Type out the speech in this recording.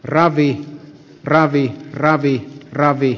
ravi ravi kc ravi kc ravi